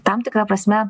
tam tikra prasme